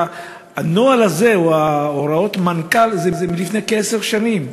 שהנוהל הזה או הוראות המנכ"ל הם מלפני כעשר שנים.